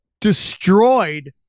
Destroyed